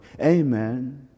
Amen